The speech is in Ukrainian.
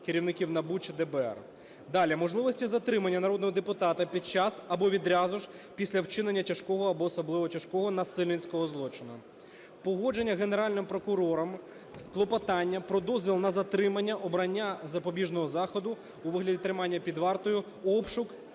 Далі. Можливості затримання народного депутата під час або відразу ж після вчинення тяжкого або особливо тяжкого насильницького злочину. Погодження Генеральним прокурором клопотання про дозвіл на затримання, обрання запобіжного заходу у вигляді тримання під вартою, обшук